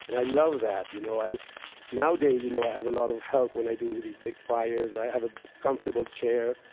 and i love that. you know nowadays, you know i have a lot of help when i do these big fires. i have a comfortable chair.